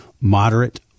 moderate